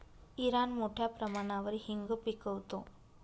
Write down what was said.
Iran मोठ्या प्रमाणावर हिंग पिकवतो